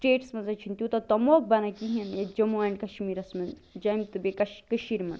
status منٛز حظ چھُنہٕ تیٛوٗتاہ تموک بنان کِہیٖنۍ ییٚتہِ جموں اینٛڈ کشمیٖرس منٛز جوٚمہِ تہِ بیٚیہِ کٔشیٖرِ منٛز